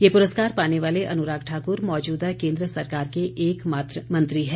ये पुरस्कार पाने वाले अनुराग ठाकुर मौजूदा केन्द्र सरकार के एकमात्र मंत्री हैं